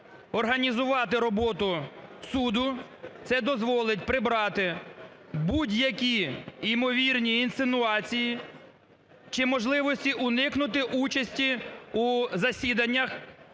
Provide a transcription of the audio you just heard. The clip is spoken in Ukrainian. організувати роботу суду, це дозволить прибрати будь-які імовірні інсинуації чи можливості уникнути участі у засіданнях,